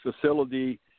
facility